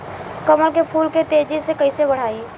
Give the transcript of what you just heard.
कमल के फूल के तेजी से कइसे बढ़ाई?